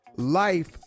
Life